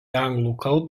anglų